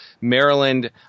Maryland